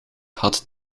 had